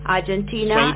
Argentina